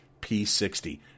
P60